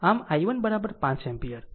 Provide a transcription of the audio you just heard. આમ i1 5 ampere